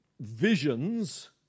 visions